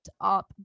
up